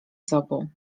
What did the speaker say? sobą